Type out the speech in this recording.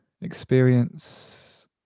experience